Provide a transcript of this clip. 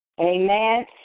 Amen